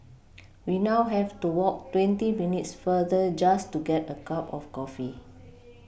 we now have to walk twenty minutes farther just to get a cup of coffee